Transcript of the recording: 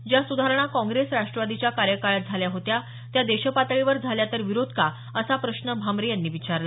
ज्या सुधारणा काँग्रेस राष्ट्रवादीच्या कार्यकाळात झाल्या होत्या त्या देशपातळीवर झाल्या तर विरोध का असा प्रश्न भामरे यांनी विचारला